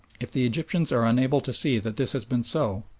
if the egyptians are unable to see that this has been so,